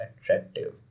attractive